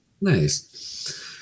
Nice